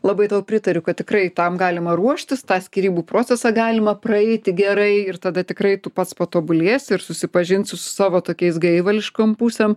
labai tau pritariu kad tikrai tam galima ruoštis tą skyrybų procesą galima praeiti gerai ir tada tikrai tu pats patobulėsi ir susipažinsi su savo tokiais gaivališkom pusėm